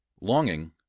Longing